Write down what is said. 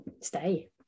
stay